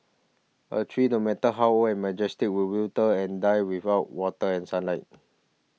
a tree no matter how old and majestic will wither and die without water and sunlight